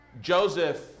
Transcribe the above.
Joseph